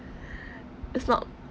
it's not